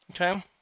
Okay